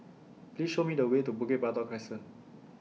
Please Show Me The Way to Bukit Batok Crescent